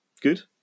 Good